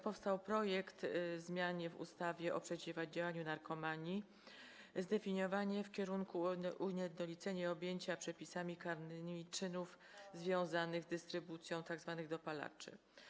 Powstał projekt ustawy o zmianie ustawy o przeciwdziałaniu narkomanii, zdefiniowano w kierunku ujednolicenia i objęcia przepisami karnymi czyny związane z dystrybucją tzw. dopalaczy.